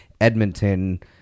Edmonton